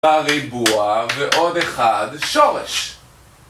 בריבוע ועוד אחד שורש